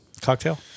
cocktail